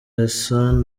hassan